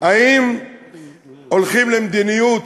אם הולכים למדיניות